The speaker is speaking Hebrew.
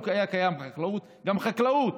גם חקלאות.